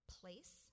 place